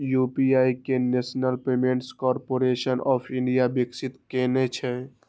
UPI कें national payments corporation of India विकसित केने छै